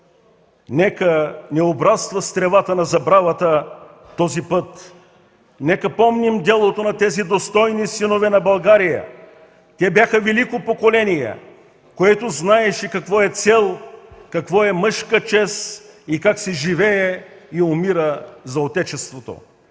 Нека не обраства с тревата на забравата този път! Нека помним делото на тези достойни синове на България! Те бяха велико поколение, което знаеше какво е цел, какво е мъжка чест и как се живее и умира за отечеството!